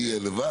אני אהיה לבד?